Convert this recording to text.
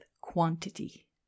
quantity